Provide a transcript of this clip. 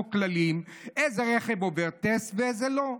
כללים איזה רכב עובר טסט ואיזה לא.